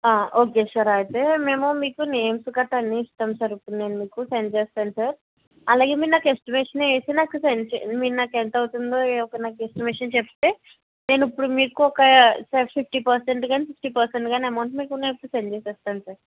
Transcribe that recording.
okay sir అయితే మేమూ మీకు నేమ్స్ కట్టా అన్ని ఇస్తాం సార్ ఇప్పుడు నేను మీకు సెండ్ చేస్తాను సార్ అలాగే మీరు నాకు ఎస్టిమేషన్ వేసి నాకు సెండ్ చే మీరు నాకు ఎంతవుతుందో ఒక ఎస్టిమేషన్ చెప్తే నేను ఇప్పుడు మీకు ఒకా సార్ ఫిఫ్టీ పర్సెంట్ కానీ సిక్స్టీ పర్సెంట్ కానీ ఎమౌంట్ మీకు నేను ఇప్పుడు సెండ్ చేసేస్తాను సార్